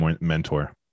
mentor